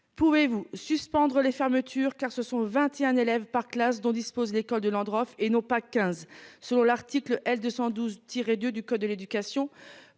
Pouvez vous suspendre les fermetures car ce sont 21 élèves par classe dont dispose l'école de la drogue et non pas 15. Selon l'article L 212 tiré de du code de l'éducation.